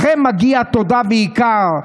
לכם מגיעים תודה ויקר,